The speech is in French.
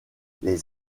les